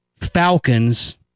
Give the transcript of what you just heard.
Falcons